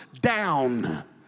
down